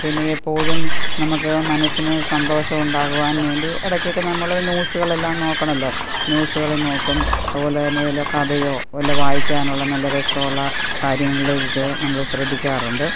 പിന്നെ എപ്പോഴും നമുക്ക് മനസ്സിന് സന്തോഷമുണ്ടാകുവാൻ വേണ്ടി ഇടയ്ക്കൊക്കെ നമ്മൾ ന്യൂസുകളെല്ലാം നോക്കണമല്ലോ ന്യൂസുകൾ നോക്കും അതുപോലെത്തന്നെ വല്ല കഥയോ വല്ല വായിക്കാനുള്ള നല്ല രസമുള്ള കാര്യങ്ങളിലേക്കൊക്കെ നമ്മൾ ശ്രദ്ധിക്കാറുണ്ട്